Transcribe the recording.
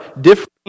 different